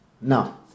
Now